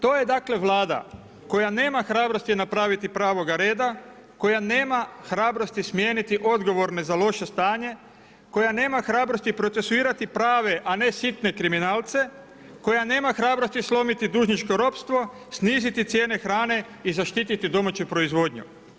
To je dakle Vlada koja nema hrabrosti napraviti pravoga reda, koja nema hrabrosti smijeniti odgovorne za loše stanje, koja nema hrabrosti procesuirati prave, a ne sitne kriminalce, koja nema hrabrosti slomiti dužničko ropstvo, sniziti cijene hrane i zaštititi domaću proizvodnju.